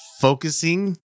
focusing